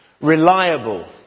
Reliable